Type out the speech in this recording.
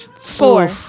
Four